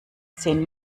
zehn